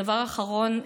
הדבר האחרון,